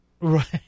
Right